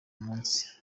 munsi